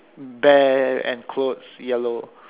bear and clothes yellow